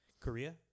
Korea